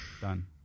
done